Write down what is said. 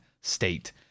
state